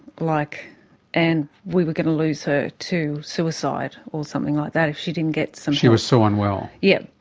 like and we were going to lose her to suicide or something like that if she didn't get some help. she was so unwell. yes.